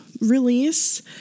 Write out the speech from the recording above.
release